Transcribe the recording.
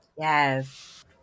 Yes